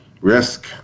Risk